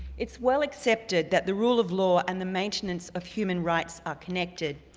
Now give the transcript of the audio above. it's well accepted that the rule of law and the maintenance of human rights are connected.